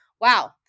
wow